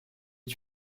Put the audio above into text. est